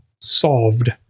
solved